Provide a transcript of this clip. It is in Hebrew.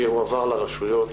שיועבר לרשויות